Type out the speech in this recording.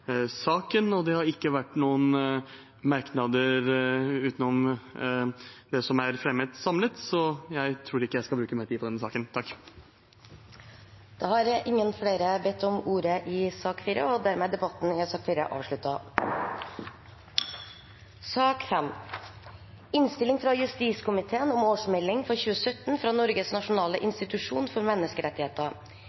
saken, og det har ikke vært noen merknader utover det som er fremmet samlet, så jeg tror ikke jeg skal bruke mer tid på denne saken. Flere har ikke bedt om ordet til sak